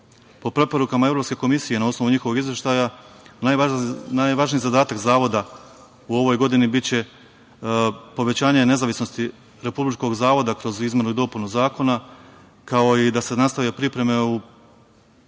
Po preporukama Evropske komisije, na osnovu njihovog izveštaja, najvažniji zadatak zavoda u ovoj godini biće povećanje nezavisnosti Republičkog zavoda kroz izmenu i dopunu zakona, kao i da se nastave pripreme